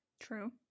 True